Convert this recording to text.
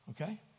Okay